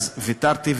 אז ויתרתי,